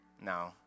no